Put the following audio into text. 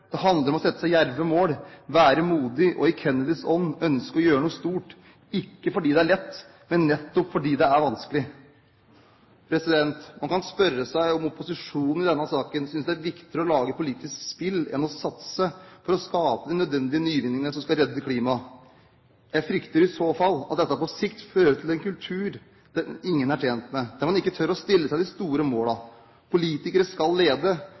Det handler om å sette seg djerve mål, være modig og i Kennedys ånd ønske å gjøre noe stort, ikke fordi det er lett, men nettopp fordi det er vanskelig. Man kan spørre seg om opposisjonen i denne saken synes det er viktigere å lage politisk spill enn å satse for å skape de nødvendige nyvinningene som skal redde klimaet. Jeg frykter i så fall at dette på sikt fører til en kultur ingen er tjent med, der man ikke tør å sette seg de store målene. Politikere skal lede.